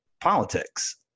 politics